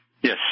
Yes